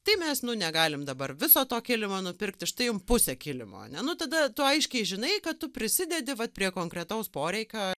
tai mes nu negalim dabar viso to kilimo nupirkti štai jum pusę kilimo ane nu tada tu aiškiai žinai kad tu prisidedi vat prie konkretaus poreikio